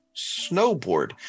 snowboard